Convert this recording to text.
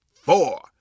four